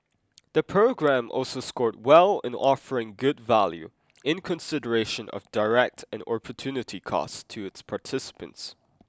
the programme also scored well in offering good value in consideration of direct and opportunity costs to its participants